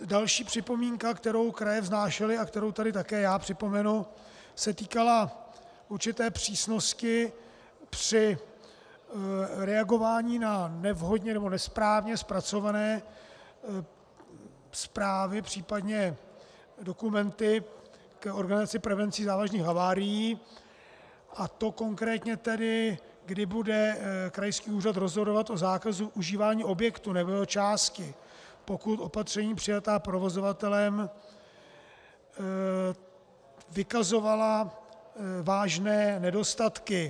Další připomínka, kterou kraje vznášely a kterou tady také připomenu, se týkala určité přísnosti při reagování na nevhodně nebo nesprávně zpracované zprávy, případně dokumenty k organizaci prevencí závažných havárií, a to konkrétně tedy, kdy bude krajský úřad rozhodovat o zákazu užívání objektu nebo jeho části, pokud opatření přijatá provozovatelem vykazovala vážné nedostatky.